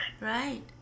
Right